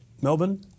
Melbourne